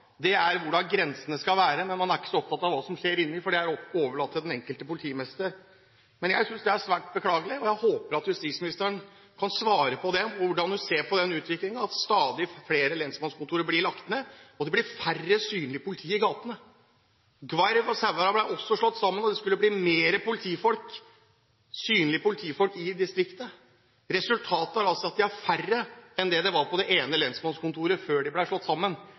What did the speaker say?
er hvor grensene skal gå, men man er ikke så opptatt av hva som skjer innenfor, for det er overlatt til den enkelte politimester. Jeg synes det er svært beklagelig, og jeg håper at justisministeren kan svare på hvordan hun ser på denne utviklingen, at stadig flere lensmannskontorer blir lagt ned, og det blir færre synlige politifolk i gatene. Bø og Sauherad ble også slått sammen. Det skulle bli mer synlige politifolk i distriktet. Resultatet er altså at de er færre enn de var på det ene lensmannskontoret før de ble slått sammen.